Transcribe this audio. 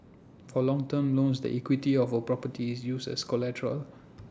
for loan term loans the equity of A property is used as collateral